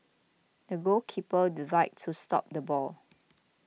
the goalkeeper dived to stop the ball